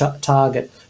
target